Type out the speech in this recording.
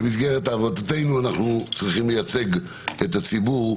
במסגרת עבודתנו אנחנו צריכים לייצג את הציבור,